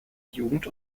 jugend